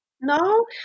No